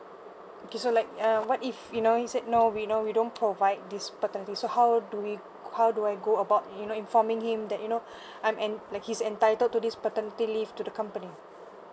okay so like uh what if you know he said no we don't provide this paternity so how do we how do I go about you know informing him that you know I'm en~ like he's entitled to this paternity leave to the company